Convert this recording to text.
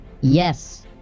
Yes